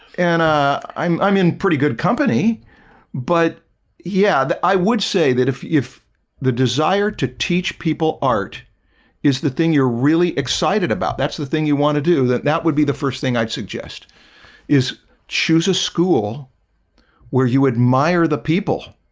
and ah i'm i'm in pretty good company but yeah, i would say that if if the desire to teach people art is the thing you're really excited about that's the thing you want to do that. that would be the first thing i'd suggest is choose a school where you admire the people?